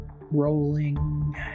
Rolling